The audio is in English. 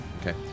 Okay